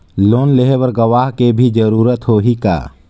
Loan लेहे बर गवाह के भी जरूरत होही का?